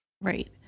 Right